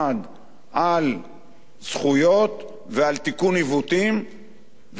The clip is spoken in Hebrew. על זכויות ועל תיקון עיוותים וקיפוחים